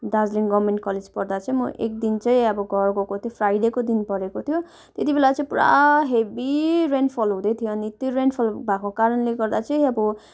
Darjeeling government college पढ्दा चाहिँ म एकदिन चाहिँ अब घर गएको थिएँ फ्राइडेको दिन परेको थियो त्यति बेला चाहिँ पुरा हेभी रेनफल हुँदै थियो अनि त्यो रेनफल भएको कारणले गर्दा चाहिँ अब